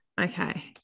Okay